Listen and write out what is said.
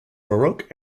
baroque